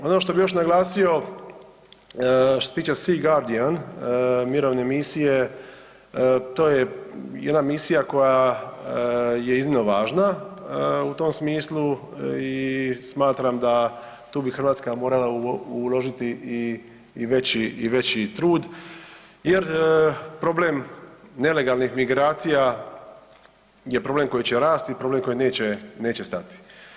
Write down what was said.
Ono što bi još naglasio što se tiče SEE GUARDIAN mirovne misije to je jedna misija koja je iznimno važna u tom smislu i smatram da bi tu Hrvatska morala uložiti i veći trud jer problem nelegalnih migracija je problem koji će rasti, problem koji neće stati.